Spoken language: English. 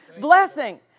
blessing